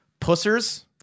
Pussers